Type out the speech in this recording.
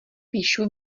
píšu